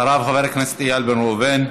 אחריו, חבר הכנסת איל בן ראובן.